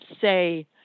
say